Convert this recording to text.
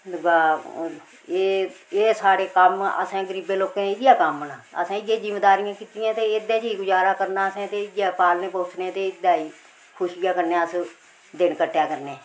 दूआ एह् एह् साढ़े कम्म असें गरीबें लोकें इ'यै कम्म न असें इ'यै जिमींदारियां कीतियां ते एह्दे च ही गुजारा करना असें ते इ'यै पालने पोसने ते इ'यै ते खुशियै कन्नै अस दिन कट्टा करने